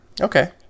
Okay